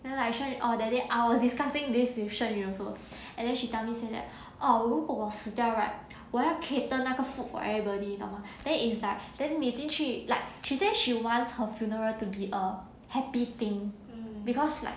then like sure oh that day I was discussing this with sheng yu also [what] and then she tell me say that oh 如果我死掉 right 我要 cater 那个 food for everybody 你懂吗 then it is like then 你进去 like she says she wants her funeral to be a happy thing because like